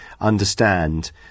understand